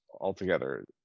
altogether